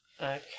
Okay